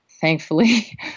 thankfully